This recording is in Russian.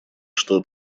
что